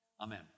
Amen